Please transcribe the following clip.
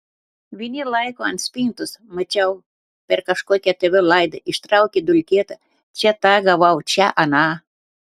vieni laiko ant spintos mačiau per kažkokią tv laidą ištraukė dulkėtą čia tą gavau čia aną